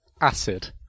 acid